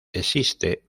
existe